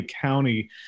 County